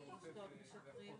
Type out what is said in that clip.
אנחנו אומרים: